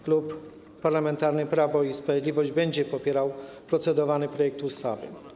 Klub Parlamentarny Prawo i Sprawiedliwość będzie popierał procedowany projekt ustawy.